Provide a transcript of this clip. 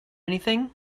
anything